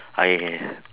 I